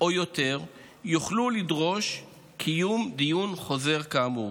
או יותר יוכלו לדרוש קיום דיון חוזר כאמור.